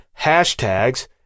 hashtags